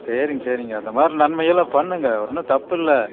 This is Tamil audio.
சரிங்க சரிங்க அந்தமாதிரி நன்மைகளெலாம் பண்ணுங்கள் ஒன்றும் தப்பில்லை